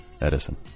Edison